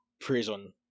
prison